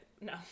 no